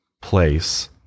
place